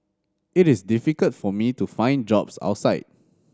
it is difficult for me to find jobs outside